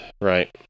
Right